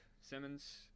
Simmons